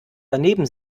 daneben